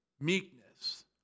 meekness